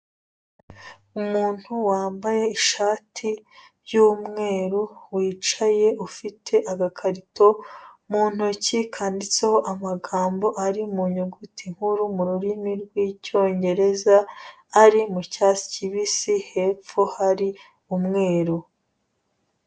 Umuntu wambaye ishati y'umweru wicaye ufite agakariko mu ntoki kanditseho amagambo ari mu nyuguti nkuru mu rurimi rw'Icyongereza, ari mu cyatsi kibisi, hepfo hari umweru.